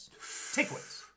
Takeaways